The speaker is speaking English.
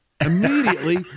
immediately